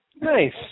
Nice